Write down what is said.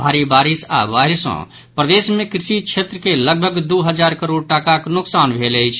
भारी बारिस आओर बाढ़ सॅ प्रदेश मे कृषि क्षेत्र के लगभग दू हजार करोड़ टाकाक नोकसान भेल अछि